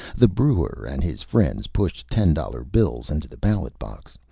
the brewer and his friends pushed ten dollar bills into the ballot box,